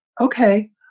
Okay